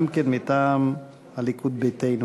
גם הוא מטעם הליכוד ביתנו.